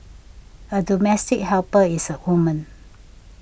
a domestic helper is a woman